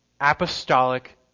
apostolic